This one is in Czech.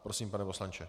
Prosím, pane poslanče.